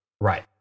right